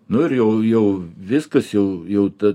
nu ir jau jau viskas jau jau ta